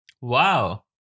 Wow